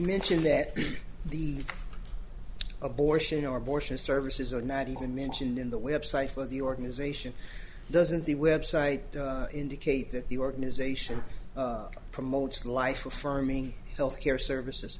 mentioned that the a bore you know abortion services are not even mentioned in the website for the organization doesn't the website indicate that the organization promotes life affirming health care services